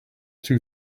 too